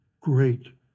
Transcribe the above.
great